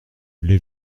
l’ai